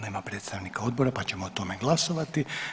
Nema predstavnika odbora pa ćemo o tome glasovati.